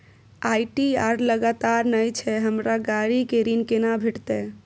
ITR लगातार नय छै हमरा गाड़ी के ऋण केना भेटतै?